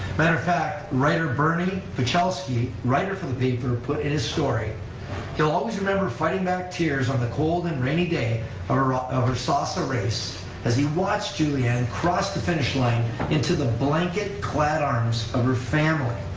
matter of fact, writer bernie puchalski, writer for the paper, put in his story he'll always remember fighting back tears on the cold and rainy day um ah of her sossa race as he watched julianne cross the finish line into the blanket-clad arms of her family.